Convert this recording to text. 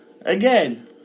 Again